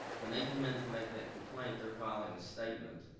when they come in to make that complaint, they're filing a statement.